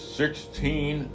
sixteen